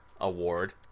award